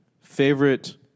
favorite